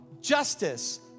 Justice